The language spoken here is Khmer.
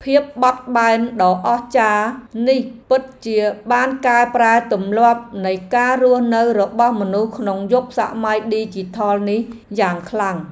ភាពបត់បែនដ៏អស្ចារ្យនេះពិតជាបានកែប្រែទម្លាប់នៃការរស់នៅរបស់មនុស្សក្នុងយុគសម័យឌីជីថលនេះយ៉ាងខ្លាំង។